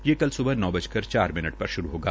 ये कल स्बह नौ बजकर चार मिनट पर श्रू होगा